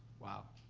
wow.